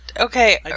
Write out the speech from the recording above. Okay